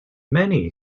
many